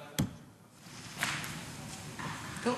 דיון בוועדת הפנים.